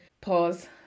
pause